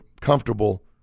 comfortable